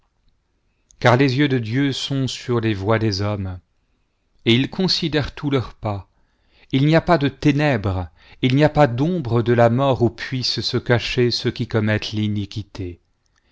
car les yeux de dieu sont sur les voies des hommes et il considère tous leurs pas il n'y a pas de ténèbres il n'y a pas d'ombre de la mort où puissent se cacher ceux qui commettent l'iniquité